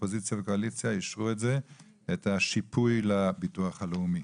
אופוזיציה וקואליציה אישרו את השיפוי לביטוח הלאומי.